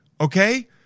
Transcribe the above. Okay